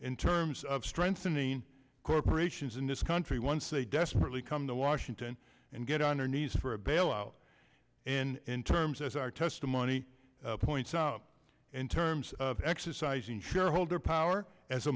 in terms of strengthening corporations in this country once they desperately come to washington and get on our knees for a bailout in terms as our testimony points out in terms of exercising shareholder power as a